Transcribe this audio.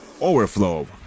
Overflow